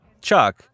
Chuck